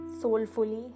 soulfully